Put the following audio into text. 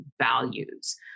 values